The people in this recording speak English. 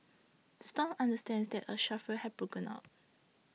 stomp understands that a scuffle had broken out